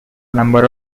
number